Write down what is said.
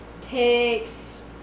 takes